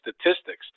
statistics